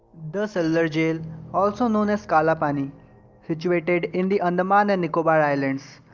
the cellular jail also known as kala pani situated in the andaman and nicobar islands.